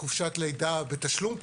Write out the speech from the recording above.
חופשת לידה בתשלום,